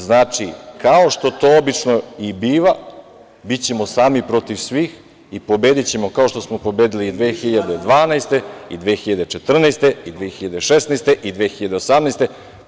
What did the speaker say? Znači, kao što to obično i biva bićemo sami protiv svih i pobedićemo kao što smo pobedili i 2012. i 2014. i 2016. i 2018. godine.